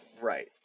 Right